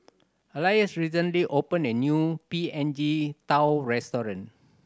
Alois recently opened a new P N G tao restaurant